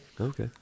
Okay